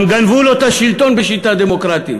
גם גנבו לו את השלטון בשיטה דמוקרטית.